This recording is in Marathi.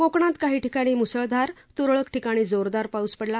कोकणात काही ठिकाणी मुसळधार तुरळक ठिकाणी जोरदार पाऊस पडला